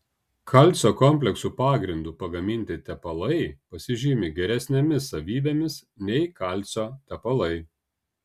kalcio kompleksų pagrindu pagaminti tepalai pasižymi geresnėmis savybėmis nei kalcio tepalai